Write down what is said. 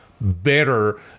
better